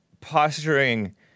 posturing